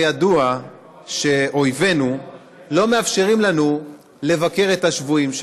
הרי ידוע שאויבינו לא מאפשרים לנו לבקר את השבויים,